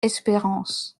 espérance